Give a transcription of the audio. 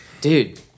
Dude